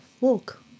walk